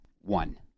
one